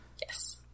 Yes